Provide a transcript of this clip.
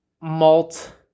malt